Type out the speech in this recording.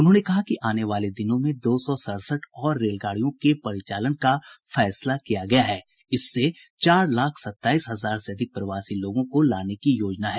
उन्होंने कहा कि आने वाले दिनों में दो सौ सड़सठ और रेलगाड़ियों के परिचालन का फैसला किया गया है जिससे चार लाख सताईस हजार से अधिक प्रवासी लोगों को लाने की योजना है